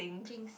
jinx